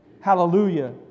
Hallelujah